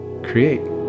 Create